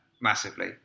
massively